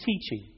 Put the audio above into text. teaching